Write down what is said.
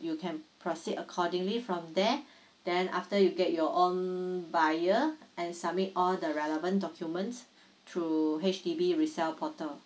you can proceed accordingly from there then after you get your own buyer and submit all the relevant documents through H_D_B resell portal